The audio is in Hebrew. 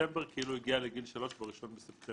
בדצמבר כאילו הגיע לגיל שלוש ב-1 בספטמבר.